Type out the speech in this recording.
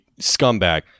scumbag